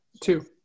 two